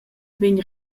vegn